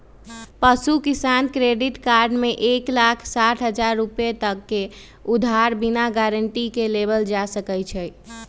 पशु किसान credit card में एक लाख साठ हजार रुपए तक के उधार बिना गारंटी के लेबल जा सका हई